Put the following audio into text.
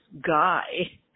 guy